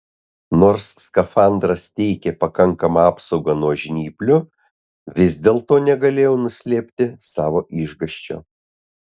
nors skafandras teikė pakankamą apsaugą nuo žnyplių vis dėlto negalėjau nuslėpti savo išgąsčio